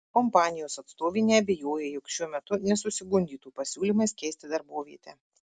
kompanijos atstovė neabejoja jog šiuo metu nesusigundytų pasiūlymais keisti darbovietę